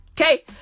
Okay